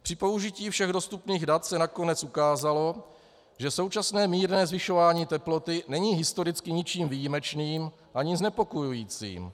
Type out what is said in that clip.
Při použití všech dostupných dat se nakonec ukázalo, že současné mírné zvyšování teploty není historicky ničím výjimečným ani znepokojujícím.